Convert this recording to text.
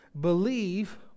believe